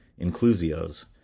inclusios